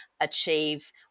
achieve